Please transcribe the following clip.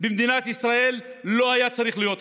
במדינת ישראל לא היה צריך להיות חסר,